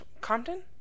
Compton